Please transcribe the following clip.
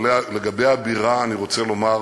אבל לגבי הבירה אני רוצה לומר,